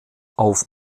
auf